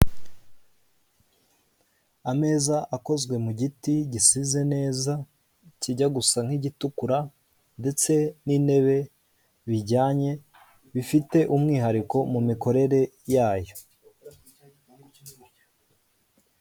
Ameza akozwe mu giti gisize neza, kijya gusa nk'igitukura, ndetse n'intebe bijyanye bifite umwihariko mu mikorere yayo.